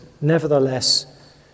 nevertheless